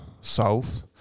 south